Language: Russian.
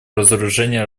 разоружению